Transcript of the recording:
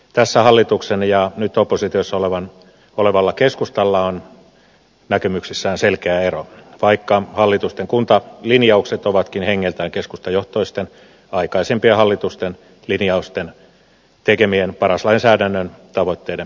tässä hallituksella ja nyt oppositiossa olevalla keskustalla on näkemyksissään selkeä ero vaikka hallituksen kuntalinjaukset ovatkin hengeltään keskustajohtoisten aikaisempien hallitusten tekemien paras lainsäädännön tavoitteiden mukaisia